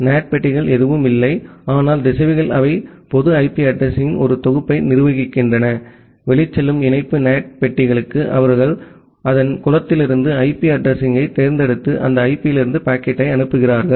NAT பெட்டிகள் எதுவும் இல்லை ஆனால் திசைவிகள் அவை பொது ஐபி அட்ரஸிங் யின் ஒரு தொகுப்பை நிர்வகிக்கின்றன வெளிச்செல்லும் இணைப்பு NAT பெட்டிகளுக்கு அவர்கள் அதன் குளத்திலிருந்து ஐபி அட்ரஸிங் யைத் தேர்ந்தெடுத்து அந்த ஐபியிலிருந்து பாக்கெட்டை அனுப்புகிறார்கள்